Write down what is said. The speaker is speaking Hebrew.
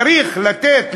צריך לתת,